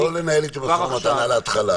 בסעיף 8 --- לא לנהל איתי משא ומתן כבר עכשיו.